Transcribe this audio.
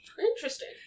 Interesting